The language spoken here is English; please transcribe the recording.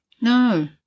No